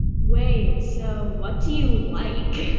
wait so what do you like?